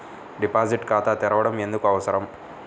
Deposit ఖాతా తెరవడం ఎందుకు అవసరం?